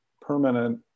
permanent